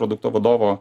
produkto vadovo